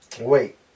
Wait